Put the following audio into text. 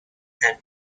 and